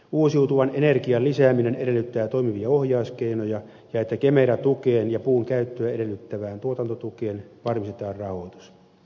uusiutuvan energian lisääminen edellyttää toimivia ohjauskeinoja ja sitä että kemera tukeen ja puun käyttöä edellyttävään tuotantotukeen varmistetaan rahoitus